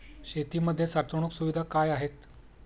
शेतीमध्ये साठवण सुविधा काय आहेत?